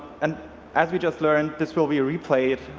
and as we just learned this will be replayed,